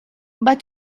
but